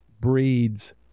breeds